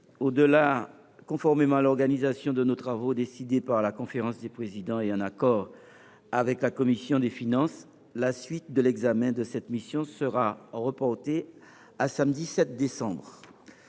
dépassé, conformément à l’organisation de nos travaux décidée par la conférence des présidents et en accord avec la commission des finances, la suite de l’examen de cette mission serait reportée au samedi 7 décembre.